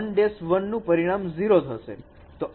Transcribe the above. તેથી 1 1 નું પરિણામ 0 થશે